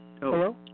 Hello